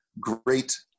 great